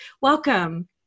Welcome